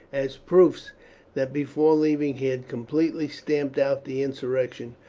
as proofs that before leaving he had completely stamped out the insurrection,